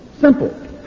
Simple